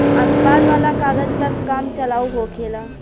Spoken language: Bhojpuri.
अखबार वाला कागज बस काम चलाऊ होखेला